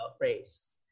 race